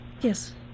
Yes